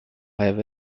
rêve